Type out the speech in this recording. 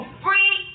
free